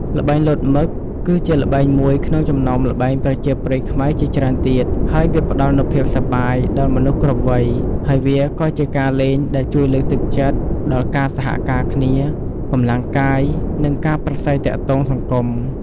ល្បែងលោតមឹក គឺជាល្បែងមួយក្នុងចំណោមល្បែងប្រជាប្រិយខ្មែរជាច្រើនទៀត ហើយវាផ្តល់នូវភាពសប្បាយ ដល់មនុស្សគ្រប់វ័យ ហើយវាក៏ជាការលេងដែលជួយលើកទឹកចិត្តដល់ការសហការគ្នា កម្លាំងកាយ និងការប្រាស្រ័យទាក់ទងសង្គម។